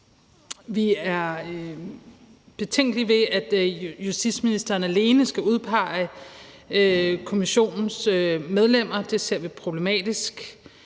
Vi er betænkelige ved, at justitsministeren alene skal udpege kommissionens medlemmer – det synes vi er problematisk.